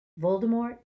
Voldemort